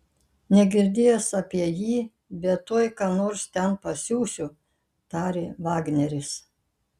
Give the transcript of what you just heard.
negirdėjęs apie jį bet tuoj ką nors ten pasiųsiu tarė vagneris